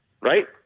right